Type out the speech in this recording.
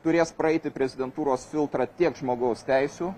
turės praeiti prezidentūros filtrą tiek žmogaus teisių